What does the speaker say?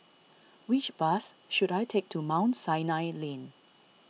which bus should I take to Mount Sinai Lane